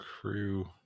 Crew